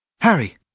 Harry